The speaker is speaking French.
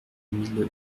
mille